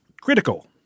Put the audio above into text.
Critical